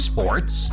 Sports